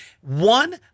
One